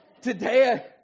today